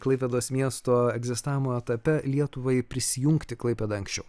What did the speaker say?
klaipėdos miesto egzistavimo etape lietuvai prisijungti klaipėdą anksčiau